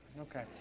Okay